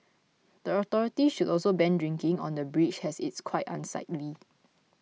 the authorities should also ban drinking on the bridge as it's quite unsightly